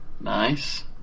Nice